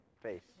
face